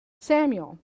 Samuel